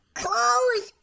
close